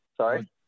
Sorry